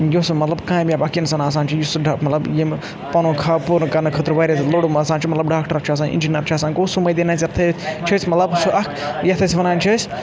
یُس یہِ مطلب کامیاب اَکھ اِنسان آسان چھُ یُس سُہ مَطَلب یِم پَنُن خواب پُورٕ کَرنہٕ خٲطرٕ واریاہ لُوٚڑمُت آسان چھُ مطلَب ڈاکٹَر چھِ آسان اِنجِنَیر چھِ آسان کُس مےٚ دِنَے ژِےٚ چھِ ژِےٚ مَطلَب چھِ اَکھ یَتھ أسۍ وَنان چھِ أسۍ